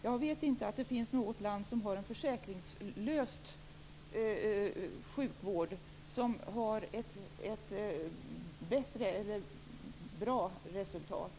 Jag vet inte att det finns något land med försäkringslös sjukvård som har ett bättre resultat.